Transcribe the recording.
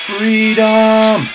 Freedom